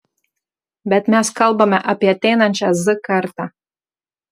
bet mes kalbame apie ateinančią z kartą